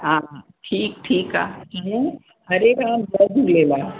हा ठीकु ठीकु आहे हरे राम जय झूलेलाल